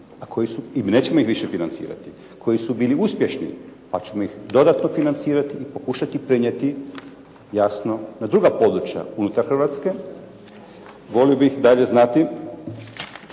neuspješni i nećemo ih više financirati, a koji su bili uspješni pa ćemo ih dodatno financirati i pokušati prenijeti jasno na druga područja unutar Hrvatske. Volio bih dalje znati